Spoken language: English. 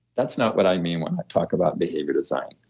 that's not what i mean when i talk about behavior design.